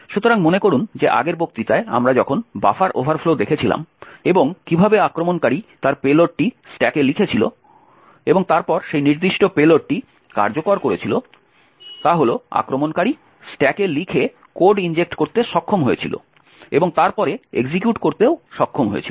সুতরাং মনে করুন যে আগের বক্তৃতায় আমরা যখন বাফার ওভারফ্লো দেখেছিলাম এবং কীভাবে আক্রমণকারী তার পেলোডটি স্ট্যাকে লিখেছিল এবং তারপর সেই নির্দিষ্ট পেলোডটি কার্যকর করেছিল তা হল আক্রমণকারী স্ট্যাকে লিখে কোড ইনজেক্ট করতে সক্ষম হয়েছিল এবং তারপরে এক্সিকিউট করতে সক্ষম হয়েছিল